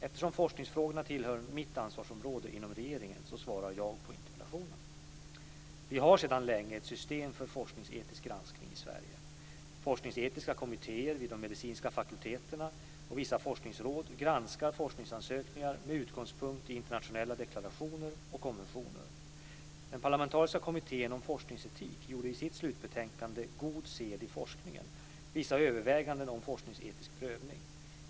Eftersom forskningsfrågorna tillhör mitt ansvarsområde inom regeringen svarar jag på interpellationen. Vi har sedan länge ett system för forskningsetisk granskning i Sverige. Forskningsetiska kommittéer vid de medicinska fakulteterna och vissa forskningsråd granskar forskningsansökningar med utgångspunkt i internationella deklarationer och konventioner. Den parlamentariska Kommittén om forskningsetik gjorde i sitt slutbetänkande God sed i forskningen, , vissa överväganden om forskningsetisk prövning.